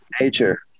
Nature